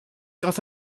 got